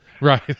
Right